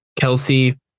Kelsey